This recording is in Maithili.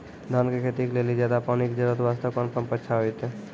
धान के खेती के लेली ज्यादा पानी के जरूरत वास्ते कोंन पम्प अच्छा होइते?